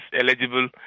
eligible